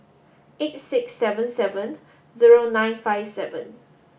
eight six seven seven zero nine five seven